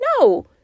No